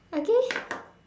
okay